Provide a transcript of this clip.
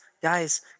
Guys